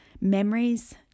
memories